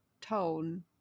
tone